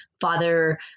Father